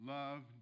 love